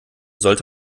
sollte